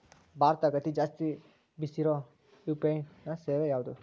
ಭಾರತದಗ ಅತಿ ಜಾಸ್ತಿ ಬೆಸಿರೊ ಯು.ಪಿ.ಐ ಸೇವೆ ಯಾವ್ದು?